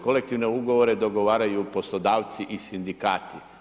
Kolektivne ugovore dogovaraju poslodavci i sindikati.